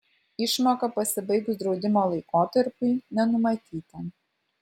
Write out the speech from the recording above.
išmoka pasibaigus draudimo laikotarpiui nenumatyta